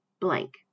blank